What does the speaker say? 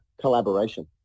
collaboration